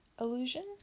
illusion